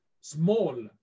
small